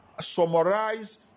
summarize